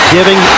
Giving